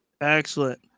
Excellent